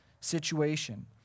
situation